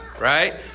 right